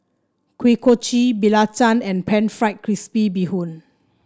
Kuih Kochi belacan and pan fried crispy Bee Hoon